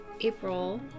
April